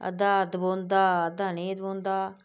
अद्धा दबोंदा अद्धा नेईं दबोंदा